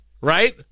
Right